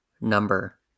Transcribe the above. number